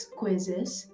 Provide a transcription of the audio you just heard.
quizzes